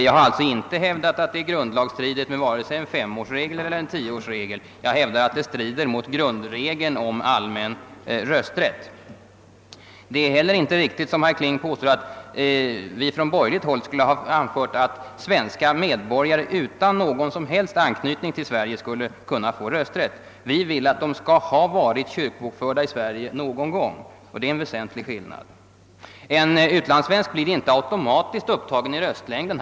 Jag har alltså inte hävdat att det är grundlagsstridigt med vare sig en femårsregel eller en tioårsregel; jag har hävdat att det strider mot grundlagsregeln om allmän rösträtt. Inte heller är det riktigt som herr Kling påstod, att vi från borgerligt håll har hävdat att svenska medborgare utan någon som helst anknytning till Sverige skall få rösträtt. Vi vill att vederbörande skall ha varit kyrkobokförd i Sverige någon gång — och det är en väsentlig skillnad. En utlandssvensk blir inte automatiskt upptagen i röstlängden.